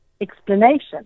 explanation